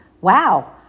Wow